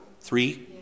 three